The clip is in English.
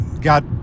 got